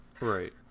Right